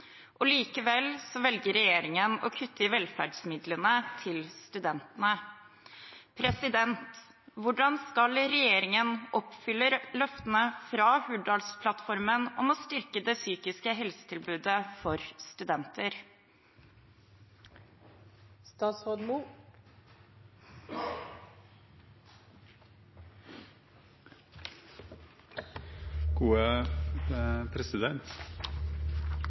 Likevel velger regjeringen å kutte i velferdsmidlene til studentene. Hvordan skal regjeringen oppfylle løftene fra Hurdalsplattformen om å styrke det psykiske helsetilbudet for studenter?»